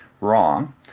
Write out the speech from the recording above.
wrong